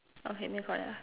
okay then correct lah